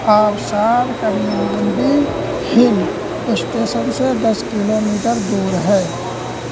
آبشار کمیم گنڈی ہل اشٹیشن سے دس کلومیٹر دور ہے